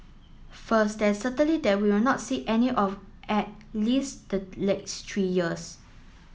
first there is certainty that we will not see any of at least the next three years